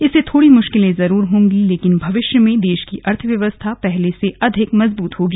इससे थोड़ी मुश्किलें जरूर होंगी लेकिन भविष्य में देश की अर्थव्यवस्था पहले से अधिक मजबूत होगी